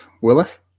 Willis